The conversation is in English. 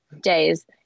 days